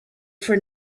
for